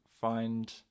find